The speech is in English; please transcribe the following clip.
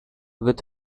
with